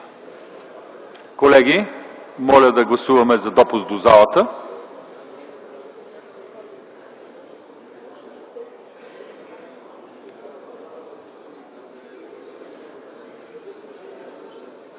Колеги, моля да гласуваме за допуск до залата.